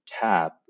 tap